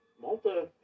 Malta